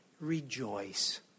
Rejoice